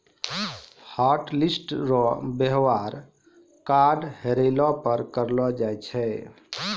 hotlist रो वेवहार card हेरैला पर करलो जाय छै